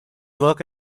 work